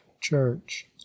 church